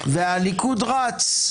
והליכוד רץ.